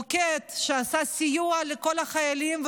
מוקד שסייע לכל החיילים,